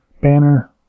banner